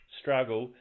struggle